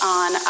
on